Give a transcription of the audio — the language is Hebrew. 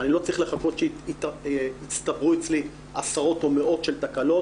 אני לא צריך לחכות שיצטברו אצלי עשרות או מאות של תקלות.